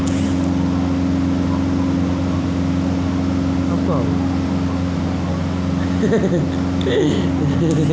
सामाजिक उद्यमिता में व्यक्ति विशेष उदयमी साथ काम करते हैं